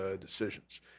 decisions